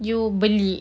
you beli